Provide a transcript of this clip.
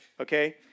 okay